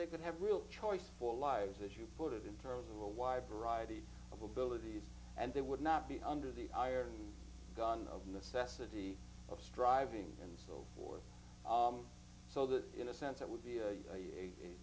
they could have a real choice for lives as you put it in terms of a wide variety of abilities and they would not be under the iron gun of necessity of striving and so forth so that in a sense it would be a